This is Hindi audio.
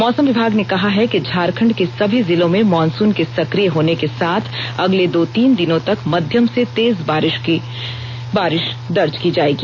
मौसम विभाग ने कहा है कि झारखंड के सभी जिलों में मॉनसून के सक्रिय होर्न के साथ अगले दो तीन दिनों तक मध्यम से तेज बारिष दर्ज की जायेगी